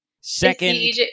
Second